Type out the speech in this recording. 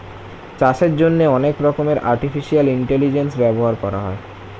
চাষের জন্যে অনেক রকমের আর্টিফিশিয়াল ইন্টেলিজেন্স ব্যবহার করা হয়